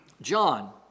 John